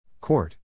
Court